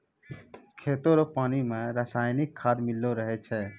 खेतो रो पानी मे रसायनिकी खाद मिल्लो रहै छै